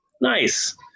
nice